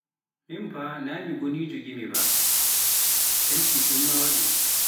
Mim fa naa mi gonijo gimi ba, penti ɗum waɗi.